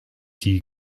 die